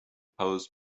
post